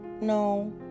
No